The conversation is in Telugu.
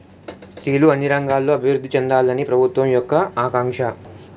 స్త్రీలు అన్ని రంగాల్లో అభివృద్ధి చెందాలని ప్రభుత్వం యొక్క ఆకాంక్ష